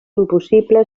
impossible